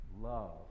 love